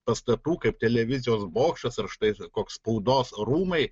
pastatų kaip televizijos bokštas ar štai koks spaudos rūmai